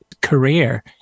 career